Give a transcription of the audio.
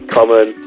Common